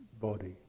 body